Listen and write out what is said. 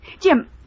Jim